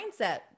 mindset